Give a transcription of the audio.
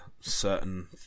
certain